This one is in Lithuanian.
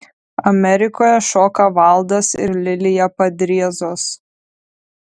amerikoje šoka valdas ir lilija padriezos